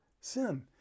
sin